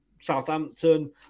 Southampton